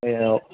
এই অঁ